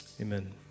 Amen